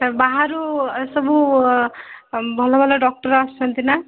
sir ବାହାରୁ ସବୁ ଭଲ ଭଲ ଡକ୍ଟର ଆସୁଛନ୍ତି ନା